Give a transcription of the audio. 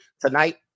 tonight